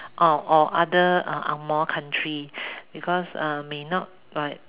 oh or other uh angmoh countries because uh may not like